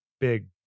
big